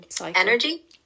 energy